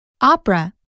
Opera